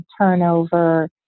turnover